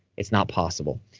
it's not possible.